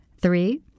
Three